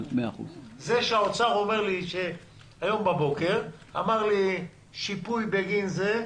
נציג משרד האוצר אמר לי הבוקר: שיפוי בגין זה.